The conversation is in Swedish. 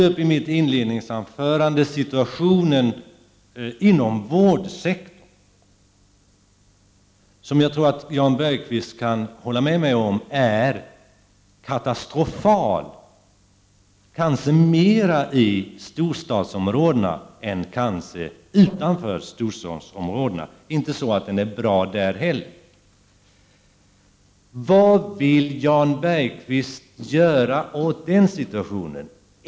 I mitt inledningsanförande berörde jag situationen inom vårdsektorn, som jag tror att Jan Bergqvist kan hålla med mig om är katastrofal. Situationen är nog värre i storstadsområdena än utanför dem, även om den inte är bra där heller. Vad vill Jan Bergqvist göra åt det?